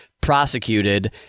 prosecuted